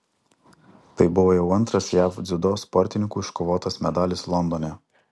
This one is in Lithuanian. tai buvo jau antras jav dziudo sportininkų iškovotas medalis londone